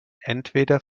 entweder